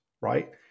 right